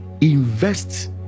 invest